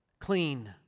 clean